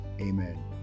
amen